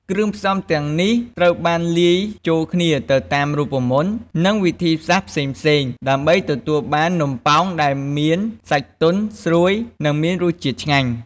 គ្រឿងផ្សំទាំងនេះត្រូវបានលាយចូលគ្នាទៅតាមរូបមន្ត និងវិធីសាស្ត្រផ្សេងៗ ដើម្បីទទួលបាននំប៉ោងដែលមានសាច់ទន់ ស្រួយ និងមានរសជាតិឆ្ងាញ់។